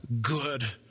good